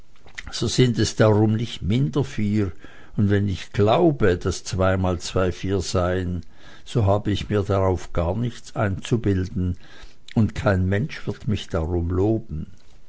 so sind es darum nicht minder vier und wenn ich glaube daß zwei mal zwei vier seien so habe ich mir darauf gar nichts einzubilden und kein mensch wird mich darum loben